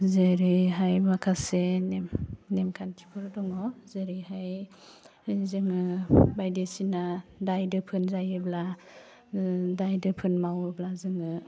जेरैहाय माखासे नेम नेमखान्थिफोर दङ जेरैहाय जोङो बायदिसिना दाय दोफोन जायोब्ला ओह दाय दोफोन मावोब्ला जोङो